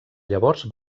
llavors